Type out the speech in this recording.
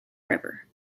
river